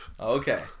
okay